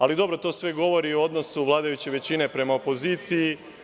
Ali dobro, to sve govori o odnosu vladajuće većine prema opoziciji.